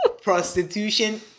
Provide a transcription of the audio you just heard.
prostitution